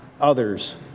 others